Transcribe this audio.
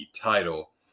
title